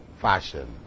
fashion